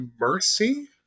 Mercy